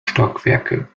stockwerke